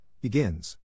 begins